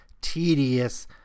tedious